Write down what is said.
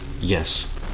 Yes